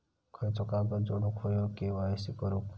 खयचो कागद जोडुक होयो के.वाय.सी करूक?